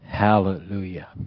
Hallelujah